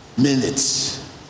minutes